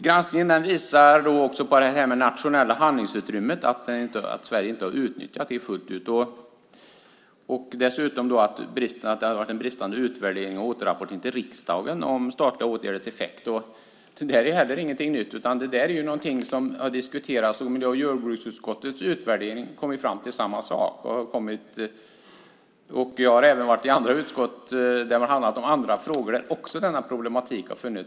Granskningen visar också att Sverige inte fullt ut utnyttjat det nationella handlingsutrymmet samt att det varit en bristande utvärdering och återrapportering till riksdagen om de statliga åtgärdernas effekt. Det är heller ingenting nytt. Det har diskuterats tidigare, och miljö och jordbruksutskottets utvärdering har kommit fram till samma slutsats. Jag har även suttit i andra utskott där denna problematik har funnits.